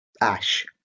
ash